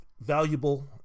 Valuable